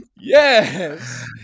Yes